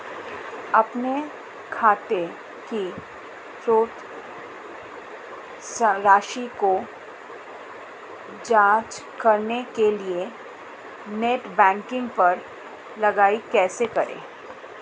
अपने खाते की शेष राशि की जांच करने के लिए नेट बैंकिंग पर लॉगइन कैसे करें?